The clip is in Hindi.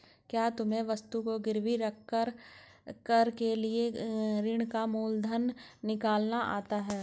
क्या तुम्हें वस्तु को गिरवी रख कर लिए गए ऋण का मूलधन निकालना आता है?